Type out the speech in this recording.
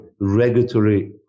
regulatory